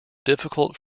difficult